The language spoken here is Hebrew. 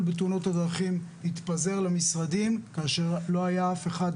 בתאונות הדרכים התפזר למשרדים כאשר לא היה אף אחד,